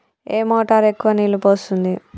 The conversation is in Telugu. ఏ మోటార్ ఎక్కువ నీళ్లు పోస్తుంది?